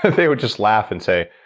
they would just laugh and say,